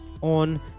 on